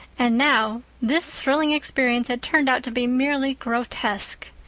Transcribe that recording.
and now, this thrilling experience had turned out to be merely grotesque.